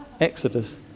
Exodus